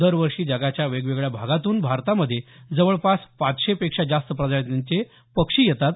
दरवर्षी जगाच्या वेगवेगळ्या भागांतून भारतामध्ये जवळपास पाचशेपेक्षा जास्त प्रजातींचे पक्षी येतात